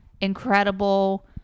incredible